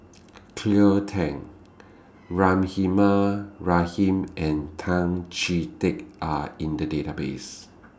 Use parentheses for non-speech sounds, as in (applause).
Cleo Thang (noise) Rahimah Rahim and Tan Chee Teck Are in The Database